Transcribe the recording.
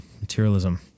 Materialism